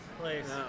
place